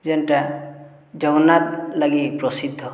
ଯେନଟା ଜଗନ୍ନାଥ ଲାଗି ପ୍ରସିଦ୍ଧ